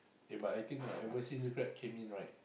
eh but I think ah ever since Grab came in right